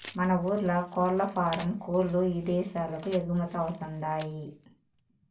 మన ఊర్ల కోల్లఫారం కోల్ల్లు ఇదేశాలకు ఎగుమతవతండాయ్